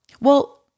Well-